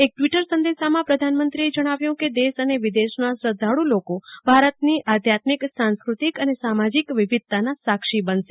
એક ટ્વીટર સંદેશામાં પ્રધાનમંત્રીએ જણાવ્યું કે દેશ અને વિદેશના શ્રધ્ધાળુ લોકો ભારતની આધ્યાત્મિક સાંસ્કૃતિક અને સામાજીક વિવિધતાના સાક્ષી બનશે